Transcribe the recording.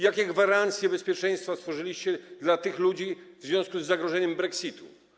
Jakie gwarancje bezpieczeństwa stworzyliście dla tych ludzi w związku z zagrożeniem dotyczącym brexitu?